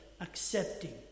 accepting